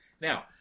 Now